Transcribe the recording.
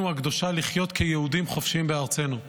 הקדושה לחיות כיהודים חופשיים בארצנו.